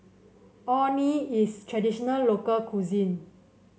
Orh Nee is traditional local cuisine